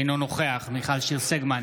אינו נוכח מיכל שיר סגמן,